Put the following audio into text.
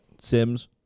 Sims